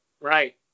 Right